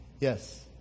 Yes